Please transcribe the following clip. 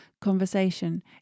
conversation